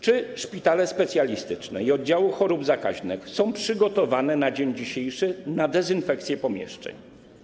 Czy szpitale specjalistyczne i oddziały chorób zakaźnych są przygotowane na dzień dzisiejszy na dezynfekcję pomieszczeń?